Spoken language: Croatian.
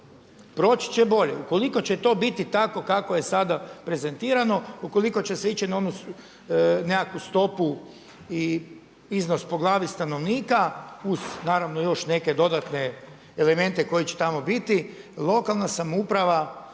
Proći će bolje. Ukoliko će to biti tako kako je sada prezentirano, ukoliko će se ići na onu nekakvu stopu i iznos po glavi stanovnika uz naravno još neke dodatne elemente koji će tamo biti, lokalna samouprava